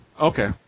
Okay